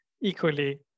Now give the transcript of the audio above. equally